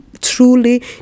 truly